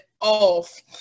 off